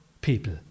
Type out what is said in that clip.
people